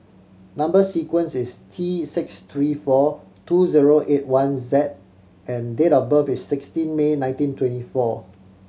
number sequence is T six three four two zero eight one Z and date of birth is sixteen May nineteen twenty four